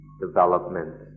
development